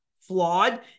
flawed